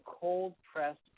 cold-pressed